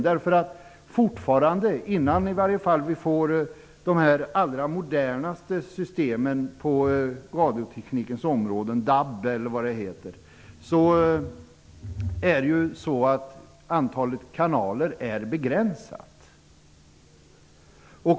I varje fall fram till dess att vi får tillgång till de allra modernaste systemen på radioteknikens område, som t.ex. DAB, är antalet kanaler begränsat.